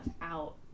out